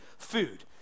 food